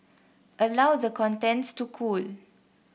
allow the contents to cool